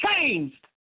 changed